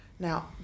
Now